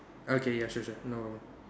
okay ya sure sure no